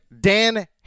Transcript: Dan